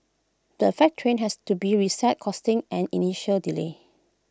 the affected train has to be reset costing an initial delay